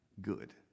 good